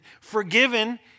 forgiven